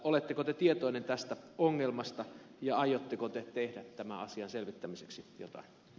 oletteko te tietoinen tästä ongelmasta ja aiotteko te tehdä tämän asian selvittämiseksi jotain